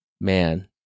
man